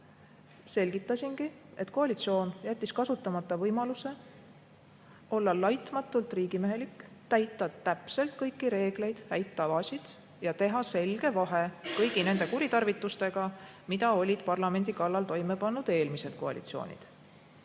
Selgitasin, et koalitsioon jättis kasutamata võimaluse olla laitmatult riigimehelik, täita täpselt kõiki reegleid, häid tavasid ja teha sisse selge vahe kõigi nende kuritarvitustega, mida olid parlamendi kallal toime pannud eelmised koalitsioonid.